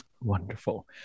Wonderful